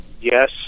Yes